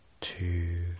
two